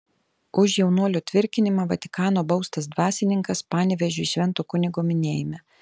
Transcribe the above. už jaunuolio tvirkinimą vatikano baustas dvasininkas panevėžiui švento kunigo minėjime